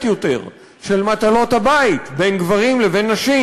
יותר של מטלות הבית בין גברים לבין נשים.